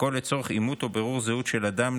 והכול לצורך אימות או בירור זהות של אדם,